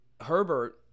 Herbert